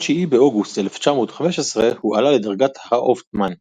ב-9 באוגוסט 1915 הועלה לדרגת האופטמן,